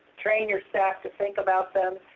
train your staff to think about them,